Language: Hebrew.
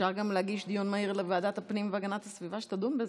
אפשר גם להגיש דיון מהיר לוועדת הפנים והגנת הסביבה שתדון בזה.